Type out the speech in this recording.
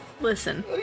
Listen